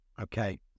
Okay